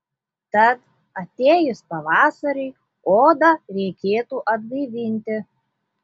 tad atėjus pavasariui odą reikėtų atgaivinti